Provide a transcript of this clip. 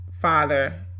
father